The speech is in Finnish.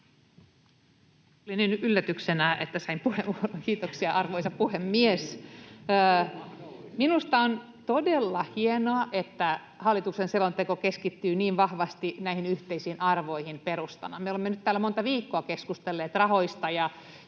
yllätyksenä, että sain puheenvuoron — kiitoksia, arvoisa puhemies! Minusta on todella hienoa, että hallituksen selonteko keskittyy niin vahvasti näihin yhteisiin arvoihin perustana. Me olemme nyt täällä monta viikkoa keskustelleet rahoista, ja